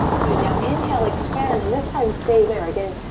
good, now inhale, expand and this time stay there. again,